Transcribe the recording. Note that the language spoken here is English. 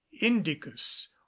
indicus